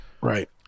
Right